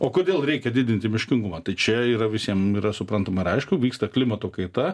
o kodėl reikia didinti miškingumą tai čia yra visiem yra suprantama ir aišku vyksta klimato kaita